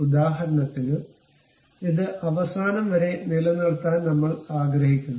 ഉദാഹരണത്തിന് ഇത് അവസാനം വരെ നിലനിർത്താൻ നമ്മൾ ആഗ്രഹിക്കുന്നു